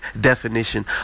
definition